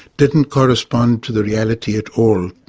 didn't correspond to the reality at all.